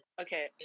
Okay